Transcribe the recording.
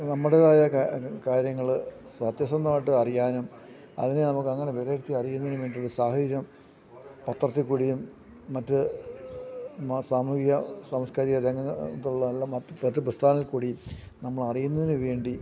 നമ്മടേതായ കാര്യങ്ങള് സത്യസന്ധമായിട്ട് അറിയാനും അതിനെ നമുക്ക് അങ്ങനെ വിലയിരുത്തി അറിയുന്നതിനും വേണ്ടിയുള്ള സാഹചര്യം പത്രത്തില്ക്കൂടിയും മറ്റു സാമൂഹിക സംസ്കാരിക രംഗങ്ങളിലെ ഇതുള്ള അല്ല മറ്റു കൂടി നമ്മളറിയുന്നതിനുവേണ്ടി